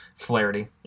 flarity